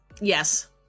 Yes